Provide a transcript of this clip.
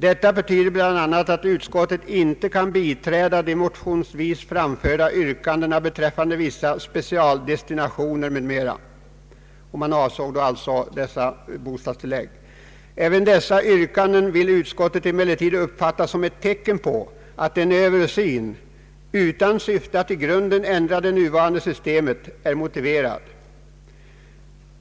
Detta betyder bl.a. att utskottet inte kan biträda de motionsvis framförda yrkandena beträffande vissa specialdestinationer m.m.” Man avsåg då alltså bostadstilläggen. ”Ääven dessa yrkanden vill utskottet emellertid uppfatta som tecken på att en översyn — utan syfte att i grunden ändra det nuvarande systemet — är motiverad.”